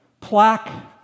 plaque